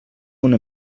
una